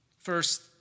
First